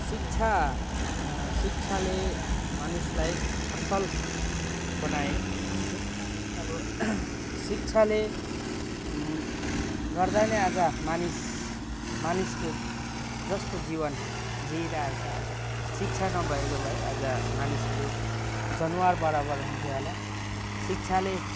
शिक्षा शिक्षाले मानिसलाई असल बनायो है अब शिक्षाले गर्दा नै आज मानिस मानिसको जस्तो जीवन जिइरहेछ आज शिक्षा नभएको भए आज मानिसहरू जनावर बराबर हुन्थ्यो होला शिक्षाले